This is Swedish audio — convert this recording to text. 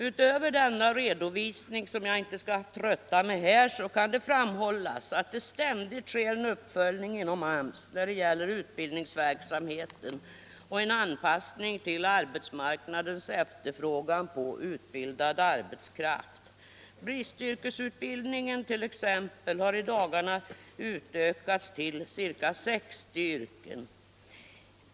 Utöver denna redovisning, som jag inte skall trötta med här, kan det framhållas att det ständigt sker en uppföljning inom AMS när det gäller utbildningsverksamheten och en anpassning till arbetsmarknadens efterfrågan på utbildad arbetskraft. Bristyrkesutbildningen t.ex. har i dagarna utökats till ca 60 yrken.